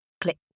Click